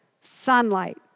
sunlight